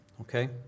okay